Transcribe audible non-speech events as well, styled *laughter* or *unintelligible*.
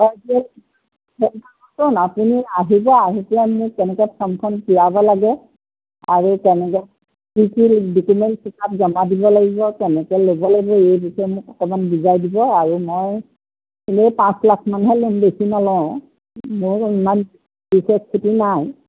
*unintelligible* আপুনি আহিব আহি পেলাই মোক কেনেকৈ ফৰ্মখন পূৰাব লাগে আৰু তেনেকৈ কি কি ডকুমেণ্টছ *unintelligible* জমা দিব লাগিব কেনেকৈ ল'ব লাগিব এই বিষয়ে মোক অকণমান বুজাই দিব আৰু মই এনেই পাঁচ লাখমানহে ল'ম বেছি নলওঁ মোৰ ইমান বিশেষ খেতি নাই